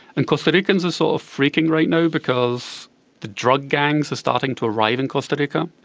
and costa ricans are sort of freaking right now because the drug gangs are starting to arrive in costa rica,